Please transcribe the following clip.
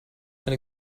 eine